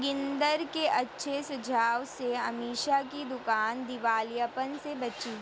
जोगिंदर के अच्छे सुझाव से अमीषा की दुकान दिवालियापन से बची